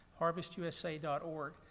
harvestusa.org